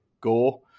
gore